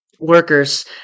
workers